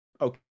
Okay